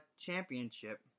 championship